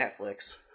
Netflix